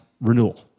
renewal